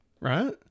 right